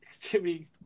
Timmy